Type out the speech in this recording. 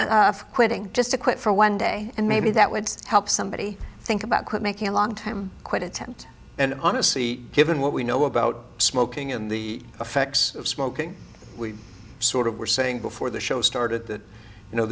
day quitting just to quit for one day and maybe that would help somebody think about quit making a long time quite a tent and honestly given what we know about smoking in the effects of smoking we sort of were saying before the show started that you know